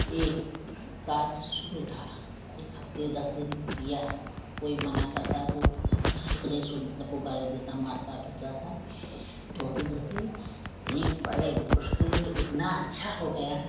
यह कार्य से शुरू था एक हफ़्ते दस दिन वह किया कोई मना करता तो किसी की नहीं सुनता सबको गाली देता मारता पीटता था धोते धोते एक बाएक उसकी इतना अच्छा हो गया